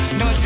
no